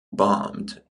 bombed